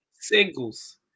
singles